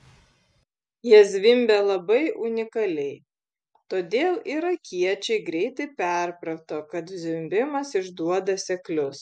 jie zvimbė labai unikaliai todėl irakiečiai greitai perprato kad zvimbimas išduoda seklius